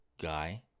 guy